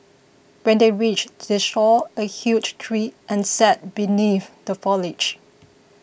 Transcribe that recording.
when they reached they saw a huge tree and sat beneath the foliage